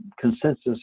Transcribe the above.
consensus